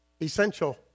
essential